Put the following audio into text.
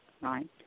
right